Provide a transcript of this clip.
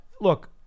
Look